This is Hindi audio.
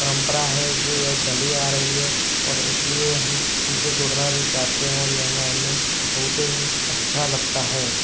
परम्परा है जो यह चली आ रही है और इसलिए हम इनसे जुड़ना भी चाहते हैं और यह हमें हममे बहुत ही अच्छा लगता है